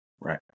Right